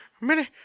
Minnie